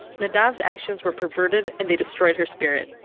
nadav's actions were perverted and they destroyed her spirit.